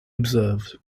observed